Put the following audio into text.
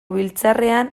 biltzarrean